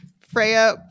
Freya